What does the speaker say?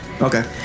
Okay